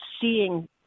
seeing